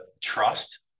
trust